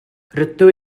rydw